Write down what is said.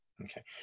Okay